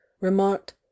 remarked